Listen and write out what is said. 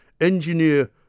engineer